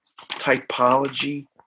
typology